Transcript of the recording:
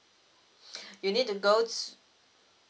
you need to go to